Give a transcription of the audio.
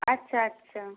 আচ্ছা আচ্ছা